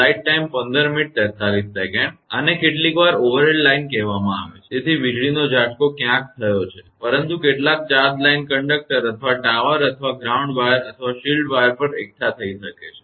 આને કેટલીક overhead line કહેવામાં આવે છે તેથી વીજળીનો ઝટકો ક્યાંક થયો છે પરંતુ કેટલાક ચાર્જ લાઇન કંડક્ટર અથવા ટાવર અથવા ગ્રાઉન્ડ વાયર અથવા શીલ્ડ વાયર પર એકઠા થઈ શકે છે